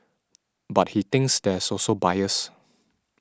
but he thinks there is also bias